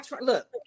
Look